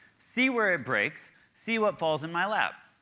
see where it breaks. see what falls in my lap.